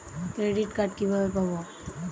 Credit card কিভাবে পাব?